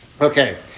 Okay